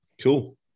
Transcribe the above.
Cool